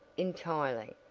entirely,